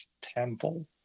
temple